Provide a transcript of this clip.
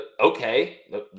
Okay